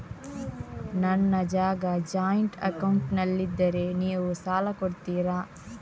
ನನ್ನ ಜಾಗ ಜಾಯಿಂಟ್ ಅಕೌಂಟ್ನಲ್ಲಿದ್ದರೆ ನೀವು ಸಾಲ ಕೊಡ್ತೀರಾ?